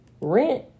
rent